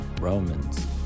Romans